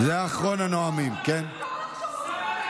אצלנו זה לא, מותר לחשוב אחרת.